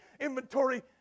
Inventory